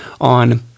on